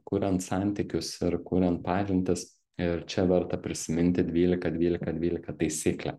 kuriant santykius ir kuriant pažintis ir čia verta prisiminti dvylika dvylika dvylika taisyklę